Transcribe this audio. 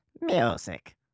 Music